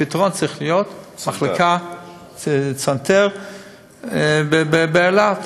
הפתרון צריך להיות מחלקת צנתור באילת.